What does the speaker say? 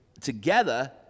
together